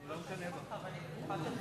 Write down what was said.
אנחנו לא שומעים אותך ואני בטוחה שאתה